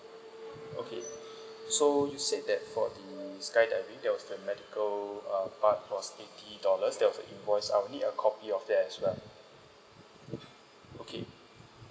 okay so you said that for the skydiving there was the medical uh part was eighty dollars there was a invoice I'll need a copy of that as well okay